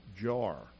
jar